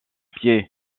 pied